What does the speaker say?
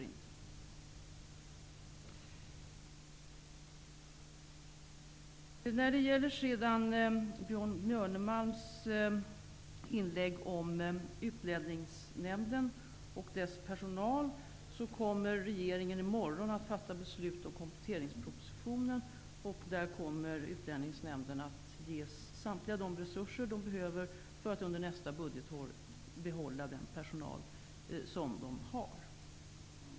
När det sedan gäller Maud Björnemalms inlägg om Utlänningsnämnden och dess personal, kommer regeringen i morgon att fatta beslut om kompletteringspropositionen. Enligt den kommer Utlänningsnämnden att ges samtliga de resurser som man behöver för att under nästa budgetår behålla den personal som man har.